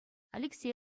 алексей